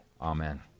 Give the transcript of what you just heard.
Amen